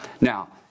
Now